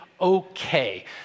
okay